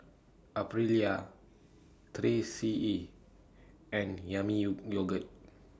Aprilia three C E and Yami YOU Yogurt